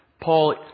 Paul